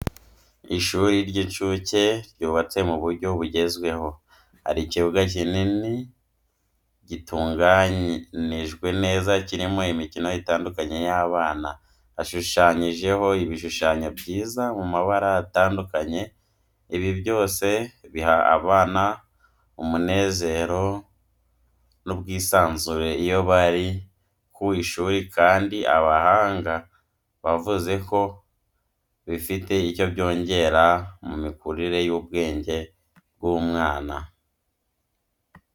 ishuri ry'incuke ryubatse mu buryo bugezweho, hari ikibuga kinini gitunganijwe neza kirimo imikino itandukanye y'abana. Hashushanijeho ibishushanyo byiza mu mabara atandukanye, ibi byose biha abana umunezero n'ubwisanzure iyo bari ku ishuri kandi abahanga bavuze ko bifite icyo byongera mu mikurire y'ubwenge bw'umwana.